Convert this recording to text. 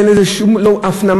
אין לזה שום הפנמה,